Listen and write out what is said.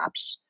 apps